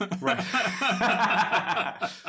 Right